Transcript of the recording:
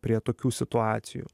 prie tokių situacijų